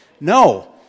No